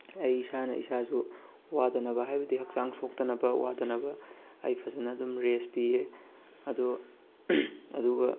ꯑꯩ ꯏꯁꯥꯅ ꯏꯁꯥꯁꯨ ꯋꯥꯗꯅꯕ ꯍꯥꯏꯕꯗꯤ ꯍꯛꯆꯥꯡ ꯁꯣꯛꯇꯅꯕ ꯋꯥꯗꯅꯕ ꯑꯩ ꯐꯖꯅ ꯑꯗꯨꯝ ꯔꯦꯁ ꯄꯤꯑꯦ ꯑꯗꯣ ꯑꯗꯨꯒ